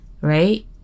right